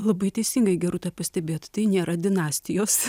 labai teisingai gerute pastebėt tai nėra dinastijos